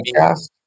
podcast